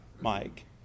Mike